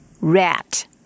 rat